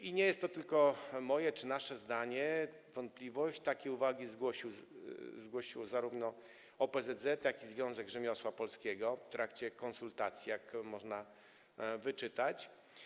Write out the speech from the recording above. I nie jest to tylko moje czy nasze zdanie, wątpliwość, bo takie uwagi zgłosiły zarówno OPZZ, jak i Związek Rzemiosła Polskiego w trakcie konsultacji, jak można wyczytać.